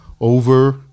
over